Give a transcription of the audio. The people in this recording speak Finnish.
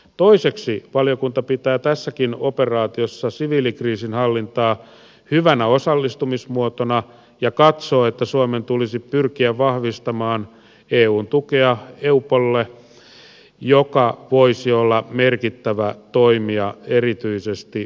toiseksi valiokunta pitää tässäkin operaatiossa siviilikriisinhallintaa hyvänä osallistumismuotona ja katsoo että suomen tulisi pyrkiä vahvistamaan eun tukea eupolille joka voisi olla merkittävä toimija erityisesti maakuntatasolla